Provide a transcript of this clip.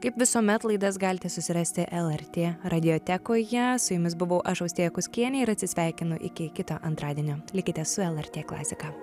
kaip visuomet laidas galite susirasti lrt radijo tekoje su jumis buvau aš austėja kuskienė ir atsisveikinu iki kito antradienio likite su lrt klasika